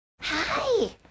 Hi